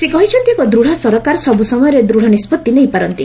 ସେ କହିଛନ୍ତି ଏକ ଦୂଢ଼ ସରକାର ସବୁ ସମୟରେ ଦୃଢ଼ ନିଷ୍ପଭି ନେଇପାରନ୍ତି